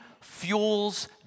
fuels